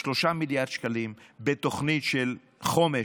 3 מיליארד שקלים בתוכנית חומש